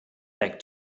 back